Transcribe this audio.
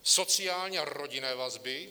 Sociální a rodinné vazby.